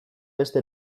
beste